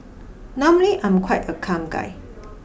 normally I'm quite a calm guy